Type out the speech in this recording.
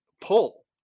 pull